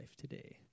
today